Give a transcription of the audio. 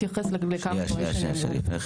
ביקשנו שאלה קצת בנושא הזה וקיבלנו נתונים מקופות החולים.